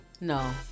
No